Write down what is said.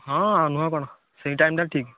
ହଁ ନୁହଁ କ'ଣ ସେହି ଟାଇମ୍ଟା ଠିକ୍